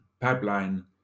pipeline